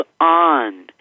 on